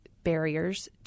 barriers